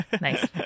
Nice